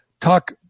talk